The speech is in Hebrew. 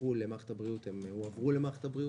שהובטחו למערכת הבריאות הועברו למערכת הבריאות.